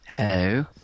Hello